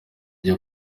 ajya